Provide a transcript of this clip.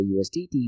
usdt